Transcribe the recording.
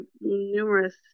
numerous